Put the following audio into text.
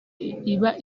iba